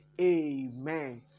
Amen